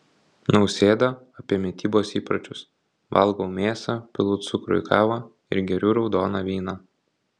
nausėda apie mitybos įpročius valgau mėsą pilu cukrų į kavą ir geriu raudoną vyną